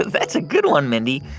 that's a good one, mindy.